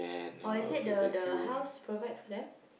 or is it the the house provide for them